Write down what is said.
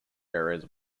area